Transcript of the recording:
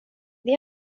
det